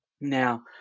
Now